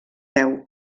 veu